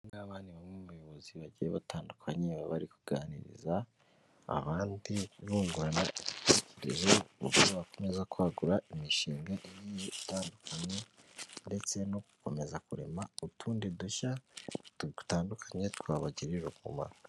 Aba ngaba ni bamwe mu bayobozi bagiye batandukanye, baba bari kuganiriza abandi bungurana ibitekerezo ku buryo bakomeza kwagura imishinga igiye itandukanye, ndetse no gukomeza kurema utundi dushya dutandukanye twabagirira umumaro.